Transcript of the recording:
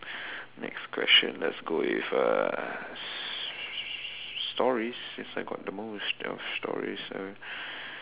next question let's go with uh stories since I've got the most of stories so